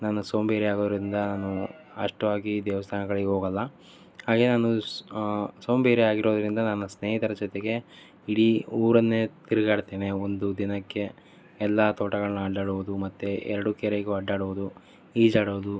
ನಾನು ಸೋಂಬೇರಿ ಆಗಿರೋದ್ರಿಂದ ನಾನು ಅಷ್ಟು ಆಗಿ ದೇವಸ್ಥಾನಗಳಿಗೆ ಹೋಗಲ್ಲ ಹಾಗೆ ನಾನು ಸೋಂಬೇರಿ ಆಗಿರೋದರಿಂದ ನಾನು ಸ್ನೇಹಿತರ ಜೊತೆಗೆ ಇಡೀ ಊರನ್ನೆ ತಿರುಗಾಡ್ತೇನೆ ಒಂದು ದಿನಕ್ಕೆ ಎಲ್ಲ ತೋಟಗಳನ್ನು ಅಡ್ಡಾಡುವುದು ಮತ್ತು ಎರಡು ಕೆರೆಗು ಅಡ್ಡಾಡುವುದು ಈಜಾಡೋದು